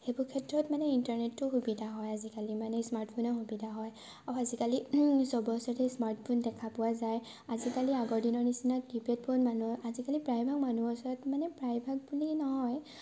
সেইবোৰ ক্ষেত্ৰত মানে ইণ্টাৰনেটটো সুবিধা হয় আজিকালি মানে স্মাৰ্টফোনৰ সুবিধা হয় আৰু আজিকালি চবৰ ওচৰতে স্মাৰ্টফোন দেখা পোৱা যায় আজিকালি আগৰ নিচিনা কীপেড ফোন মানুহৰ আজিকালি প্ৰায়ভাগ মানুহৰ ওচৰত মানে প্ৰায়ভাগ বুলি নহয়